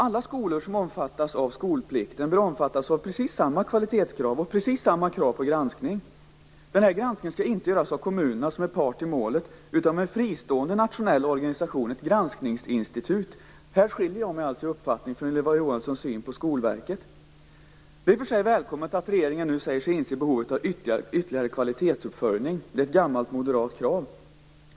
Alla skolor som omfattas av skolplikten bör omfattas av samma kvalitetskrav och samma krav på granskning. Granskningen skall inte göras av kommunerna - som är part i målet - utan av en fristående nationell organisation, ett granskningsinstitut. Här skiljer jag mig alltså i uppfattning från Ylva Johanssons syn på Skolverket. Det är i och för sig välkommet att regeringen nu säger sig inse behovet av ytterligare kvalitetsuppföljning. Det är ett gammalt moderat krav.